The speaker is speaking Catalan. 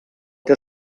que